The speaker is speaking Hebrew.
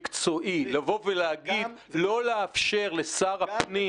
מקצועי, לבוא ולהגיד שאין לאפשר לשר הפנים